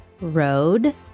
Road